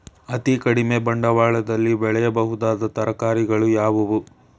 ಅತೀ ಕಡಿಮೆ ಬಂಡವಾಳದಲ್ಲಿ ಬೆಳೆಯಬಹುದಾದ ತರಕಾರಿಗಳು ಯಾವುವು?